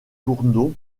gourdon